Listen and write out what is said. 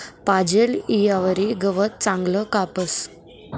पाजेल ईयावरी गवत चांगलं कापास